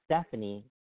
Stephanie